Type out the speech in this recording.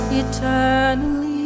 eternally